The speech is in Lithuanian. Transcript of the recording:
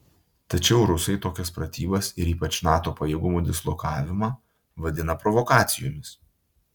tačiau rusai tokias pratybas ir ypač nato pajėgumų dislokavimą vadina provokacijomis